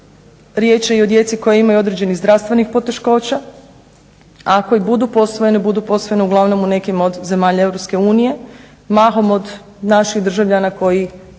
riječ je i o djeci koja imaju određenih zdravstvenih poteškoća. Ako i budu posvojena budu posvojeni uglavnom u nekim od zemalja EU, mahom od naših državljana koji